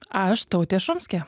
aš tautė šumskė